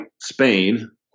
Spain